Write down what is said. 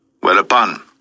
Whereupon